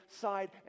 side